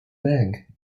bank